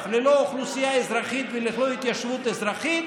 ללא אוכלוסייה אזרחית וללא התיישבות אזרחים,